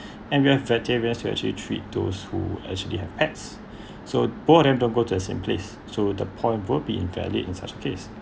and we are veterans to actually treat those who actually have pets so both of them don't go to the same place so the point will be invalid in such a case